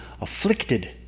afflicted